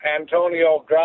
Antonio